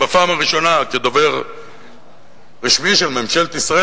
בפעם הראשונה כדובר רשמי של ממשלת ישראל,